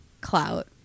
Clout